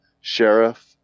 sheriff